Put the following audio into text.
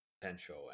potential